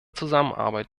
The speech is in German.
zusammenarbeit